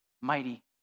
mighty